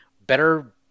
better